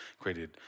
created